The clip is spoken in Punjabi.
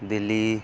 ਦਿਲੀ